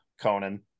conan